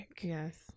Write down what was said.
Yes